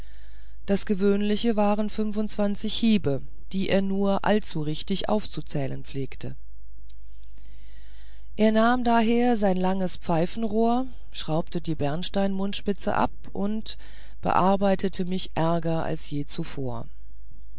das gewöhnliche aber waren hiebe die er nur allzu richtig aufzuzählen pflegte er nahm daher sein langes pfeifenrohr schraubte die bernsteinmundspitze ab und bearbeitete mich ärger als je zuvor